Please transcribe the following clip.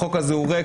החוק הזה הוא ריק.